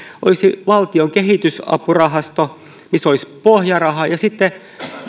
olisi valtion kehitysapurahasto missä olisi pohjaraha ja sitten